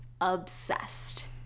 obsessed